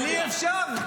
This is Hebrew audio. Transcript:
אבל אי-אפשר.